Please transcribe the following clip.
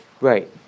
Right